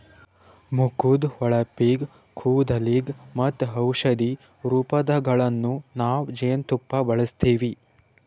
ಮುಖದ್ದ್ ಹೊಳಪಿಗ್, ಕೂದಲಿಗ್ ಮತ್ತ್ ಔಷಧಿ ರೂಪದಾಗನ್ನು ನಾವ್ ಜೇನ್ತುಪ್ಪ ಬಳಸ್ತೀವಿ